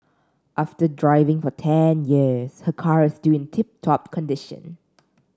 after driving for ten years her car is still in tip top condition